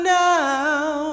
now